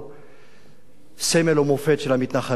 סמל ומופת של המתנחלים, של חלק גדול